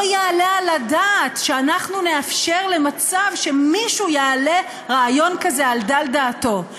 לא יעלה על הדעת שאנחנו נאפשר מצב שמישהו יעלה רעיון כזה על דל דעתו.